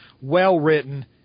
well-written